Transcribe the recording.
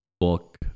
book